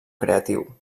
creatiu